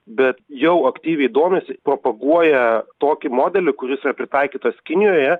bet jau aktyviai domisi propaguoja tokį modelį kuris yra pritaikytas kinijoje